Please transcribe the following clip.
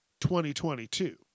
2022